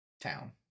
town